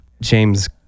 James